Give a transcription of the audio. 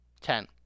Ten